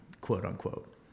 quote-unquote